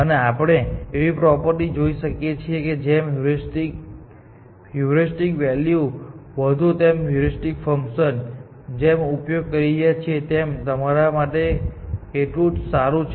અને આપણે એવી પ્રોપર્ટી જોઈ છે કે જેમ હ્યુરિસ્ટિક વૅલ્યુ વધુ તેમ હ્યુરિસ્ટિક ફંક્શન જે અમે ઉપયોગ કરી રહ્યા છીએ તમારા માટે એટલું જ સારું છે